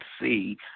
see